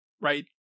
right